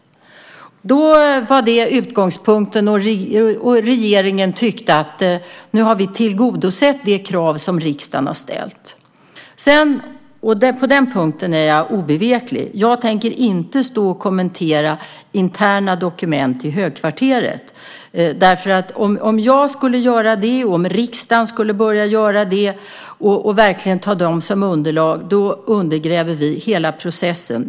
Då var det utgångspunkten. Regeringen tyckte att vi därmed tillgodosett det krav som riksdagen har ställt. På den punkten är jag obeveklig. Jag tänker inte stå här och kommentera interna dokument i högkvarteret. Om jag skulle göra det och om riksdagen skulle börja göra det och verkligen ta dem som underlag skulle vi undergräva hela processen.